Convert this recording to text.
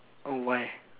oh why